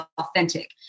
authentic